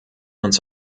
uns